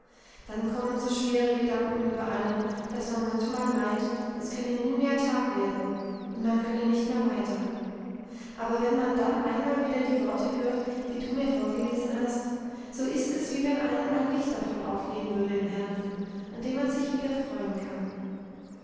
dann kommen so schwere gedanken über einen daß man manchmal meint es könne nie mehr tag werden und man könne nicht mehr weiter aber wenn man dann einmal wieder die worte hört die du mir vorgelesen hast so ist es wie wenn einem ein licht davon aufgehen würde im herzen an dem man sich wieder freuen kann